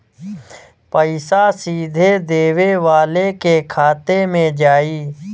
पइसा सीधे देवे वाले के खाते में जाई